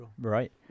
right